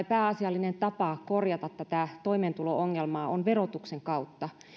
pääasiallinen tapa korjata tätä toimeentulo ongelmaa on verotuksen kautta